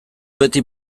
beti